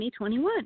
2021